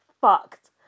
fucked